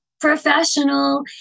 professional